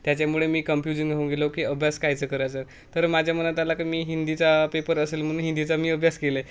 त्याच्यामुळे मी कम्फ्युजन होऊन गेलो की अभ्यास कायचं करायचं तर माझ्या मनात आला क मी हिंदीचा पेपर असेल म्हणून हिंदीचा मी अभ्यास केला आहे